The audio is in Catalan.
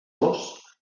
dos